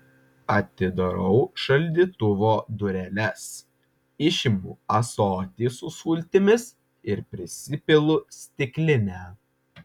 atidarau šaldytuvo dureles išimu ąsotį su sultimis ir prisipilu stiklinę